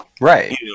Right